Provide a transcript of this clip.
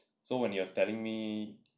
so when he was telling me